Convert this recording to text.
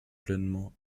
pleinement